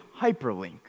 hyperlink